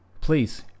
please